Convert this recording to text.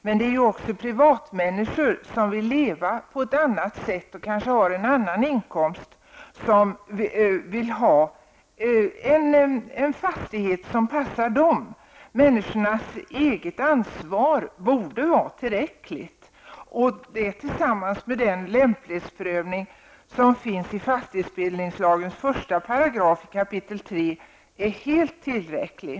Men även privatpersoner som vill leva på ett annorlunda sätt och har inkomster från andra områden, kan vilja ha en fastighet som passar dem. Människornas eget ansvar borde vara tillräckligt. Den lämplighetsprövning som finns i fastighetsbildningslagens 1 § kap. 3 är helt tillräcklig.